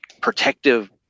protective